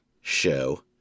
show